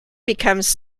becomes